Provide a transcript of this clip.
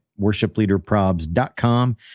worshipleaderprobs.com